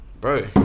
Bro